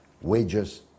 wages